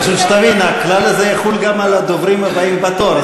פשוט שתבין: הכלל הזה יחול גם על הדוברים הבאים בתור.